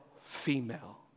female